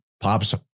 pops